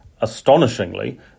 astonishingly